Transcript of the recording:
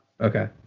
Okay